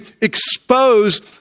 expose